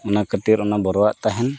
ᱚᱱᱟ ᱠᱷᱟᱹᱛᱤᱨ ᱚᱱᱟ ᱵᱚᱨᱚ ᱟᱜ ᱛᱟᱦᱮᱱ